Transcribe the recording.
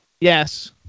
Yes